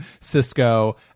Cisco